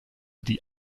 die